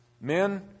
Men